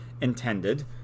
intended